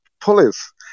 police